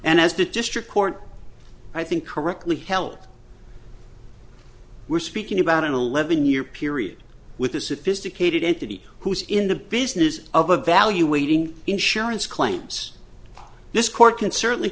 and as the district court i think correctly held we're speaking about an eleven year period with a sophisticated entity who's in the business of evaluating insurance claims this c